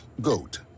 GOAT